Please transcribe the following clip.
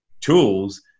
tools